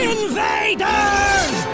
Invaders